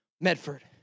Medford